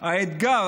האתגר,